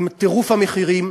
עם טירוף המחירים,